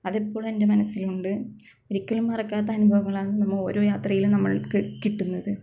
അതെപ്പോളും എന്റെ മനസ്സിലുണ്ട് ഒരിക്കലും മറക്കാത്ത അനുഭവങ്ങളാണ് നമ്മള് ഓരോ യാത്രയിലും നമുക്ക് കിട്ടുന്നത്